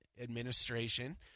Administration